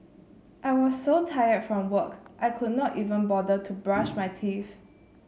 I was so tired from work I could not even bother to brush my teeth